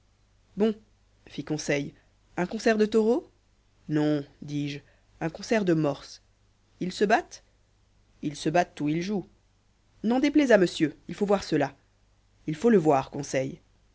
bon fit conseil un concert de taureaux non dis-je un concert de morses ils se battent ils se battent ou ils jouent n'en déplaise à monsieur il faut voir cela il faut le voir conseil